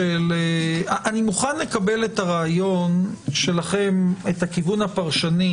אני מוכן לקבל את הרעיון שלכם, את הכיוון הפרשני,